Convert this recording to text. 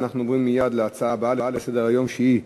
נעבור להצעות לסדר-היום בנושא: